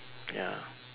ya